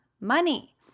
money